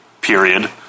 period